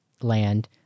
land